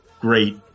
great